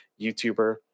YouTuber